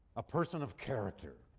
a person of character.